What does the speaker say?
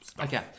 okay